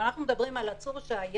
אני אשוחח גם עם השר ועם נציב השב"ס,